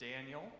Daniel